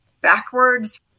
backwards